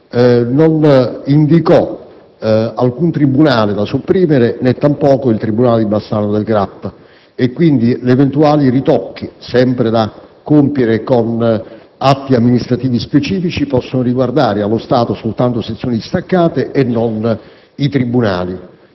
non indicò alcun tribunale da sopprimere nè tampoco il tribunale di Bassano del Grappa. Quindi, gli eventuali ritocchi, sempre da compiere con atti amministrativi specifici, possono riguardare allo stato soltanto sezioni distaccate e non i tribunali.